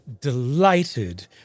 delighted